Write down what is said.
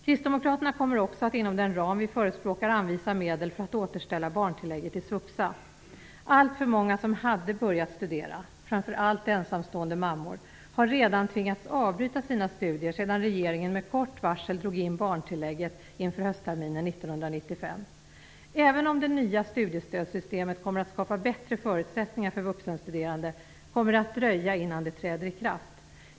Kristdemokraterna kommer också att inom den ram vi förespråkar anvisa medel för att återställa barntillägget i svuxa. Alltför många som hade börjat studera, framför allt ensamstående mammor, har redan tvingats avbryta sina studier sedan regeringen med kort varsel drog in barntillägget inför höstterminen 1995. Även om det nya studiestödssystemet kommer att skapa bättre förutsättningar för vuxenstuderande kommer det att dröja innan det träder i kraft.